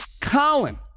COLIN